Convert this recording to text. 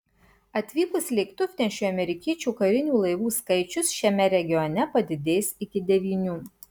atvykus lėktuvnešiui amerikiečių karinių laivų skaičius šiame regione padidės iki devynių